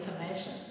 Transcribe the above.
information